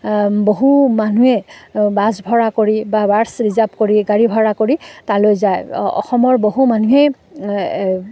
বহু মানুহে বাছ ভাৰা কৰি বা বাছ ৰিজাৰ্ভ কৰি গাড়ী ভাৰা কৰি তালৈ যায় অসমৰ বহু মানুহে